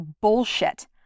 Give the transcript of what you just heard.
bullshit